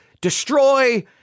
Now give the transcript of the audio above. destroy